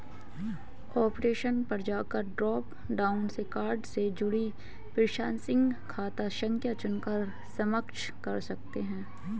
option पर जाकर drop down से कार्ड से जुड़ी प्रासंगिक खाता संख्या चुनकर सक्षम कर सकते है